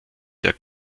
der